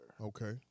Okay